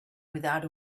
without